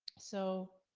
so